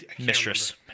Mistress